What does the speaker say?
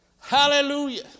Hallelujah